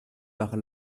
par